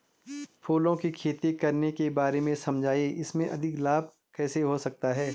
फूलों की खेती करने के बारे में समझाइये इसमें अधिक लाभ कैसे हो सकता है?